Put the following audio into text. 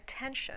attention